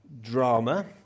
drama